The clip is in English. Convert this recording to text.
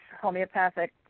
homeopathic